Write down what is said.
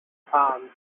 palms